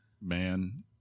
man